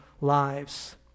lives